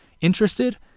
Interested